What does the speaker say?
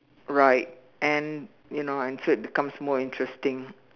right and you know I said becomes more interesting